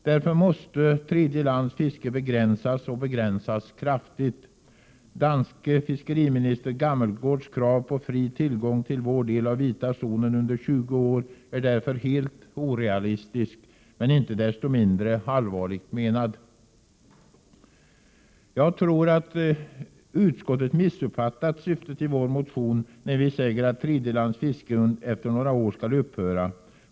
Därför måste tredje lands fiske begränsas kraftigt. Den danske fiskeriministern Gammelgårds krav på fri tillgång till vår del av vita zonen under 20 år är därför helt orealistiskt, men inte desto mindre allvarligt menat. Jag tror att utskottet har missuppfattat syftet med vår motion, när vi säger att tredje lands fiske efter några år skall upphöra.